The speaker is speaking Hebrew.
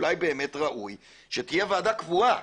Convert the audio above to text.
אולי באמת ראוי שתהיה ועדה קבועה,